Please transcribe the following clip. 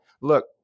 look